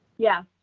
yeah.